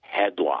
headlock